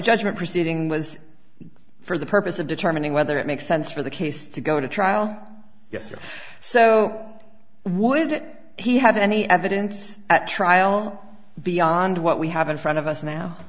judgment proceeding was for the purpose of determining whether it makes sense for the case to go to trial so why did he have any evidence at trial beyond what we have in front of us now